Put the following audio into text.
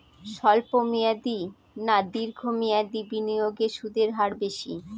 স্বল্প মেয়াদী না দীর্ঘ মেয়াদী বিনিয়োগে সুদের হার বেশী?